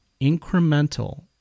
incremental